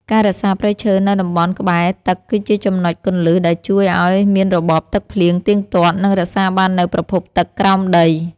ការរក្សាព្រៃឈើនៅតំបន់ក្បែរទឹកគឺជាចំណុចគន្លឹះដែលជួយឱ្យមានរបបទឹកភ្លៀងទៀងទាត់ និងរក្សាបាននូវប្រភពទឹកក្រោមដី។